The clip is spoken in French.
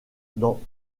dans